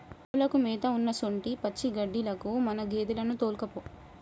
ఆవులకు మేత ఉన్నసొంటి పచ్చిగడ్డిలకు మన గేదెలను తోల్కపో